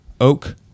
oak